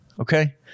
Okay